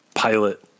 Pilot